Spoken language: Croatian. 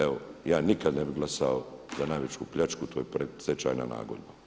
Evo, ja nikad ne bih glasao za najveću pljačku, to je predstečajna nagodba.